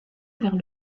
vers